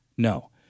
No